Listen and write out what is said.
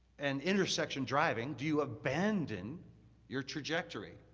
an intersection driving, do you abandon your trajectory?